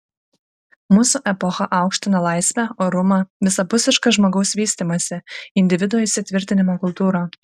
mūsų epocha aukština laisvę orumą visapusišką žmogaus vystymąsi individo įsitvirtinimo kultūrą